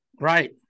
Right